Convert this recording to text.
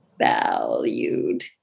valued